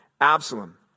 Absalom